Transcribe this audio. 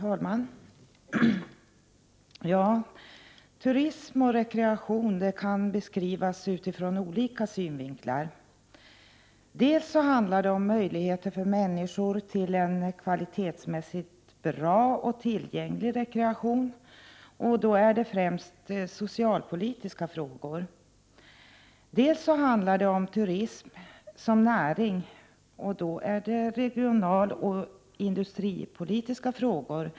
Herr talman! Turism och rekreation kan beskrivas från olika synvinklar. Turism innebär möjligheter för människor till en kvalitetsmässigt bra och tillgänglig rekreation, och då handlar det främst om socialpolitiska frågor. Men turism är också en näring, och då handlar det om industrioch regionalpolitiska frågor.